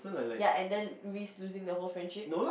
ya and then risk losing the whole friendship